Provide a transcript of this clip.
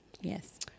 yes